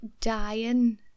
dying